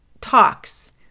talks